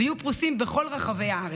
ויהיו פרוסים בכל רחבי הארץ.